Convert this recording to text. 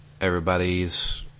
everybody's